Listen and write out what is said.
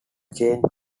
changed